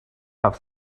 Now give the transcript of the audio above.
have